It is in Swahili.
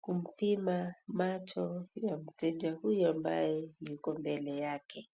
kumpima macho ya mtoto huyo ambaye yuko mbele yake.